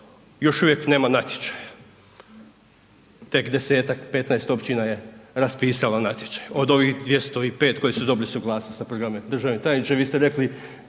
još uvijek nema natječaja, tek 10-tak, 15 općina je raspisalo natječaj od ovih 205 koji su dobili suglasnost na programe, državni tajniče vi ste rekli